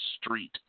street